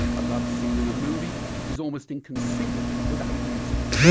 a love scene in a movie is almost inconceivable without music.